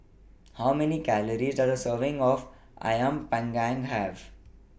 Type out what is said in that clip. How Many Calories Does A Serving of Ayam Panggang Have